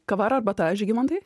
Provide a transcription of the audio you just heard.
kava ar arbata žygimantai